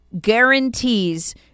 guarantees